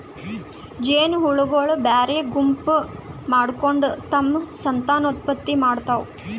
ಜೇನಹುಳಗೊಳ್ ಬ್ಯಾರೆ ಗುಂಪ್ ಮಾಡ್ಕೊಂಡ್ ತಮ್ಮ್ ಸಂತಾನೋತ್ಪತ್ತಿ ಮಾಡ್ತಾವ್